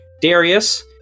Darius